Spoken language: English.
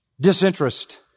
disinterest